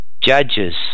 judges